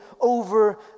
over